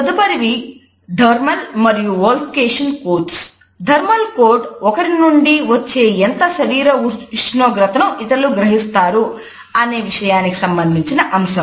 తదుపరివి thermal ఒకరి నుండి వచ్చే ఎంత శరీర ఉష్ణోగ్రతను ఇతరులు గ్రహిస్తారు అనే విషయానికి సంబంధించిన అంశం